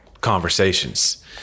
conversations